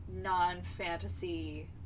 non-fantasy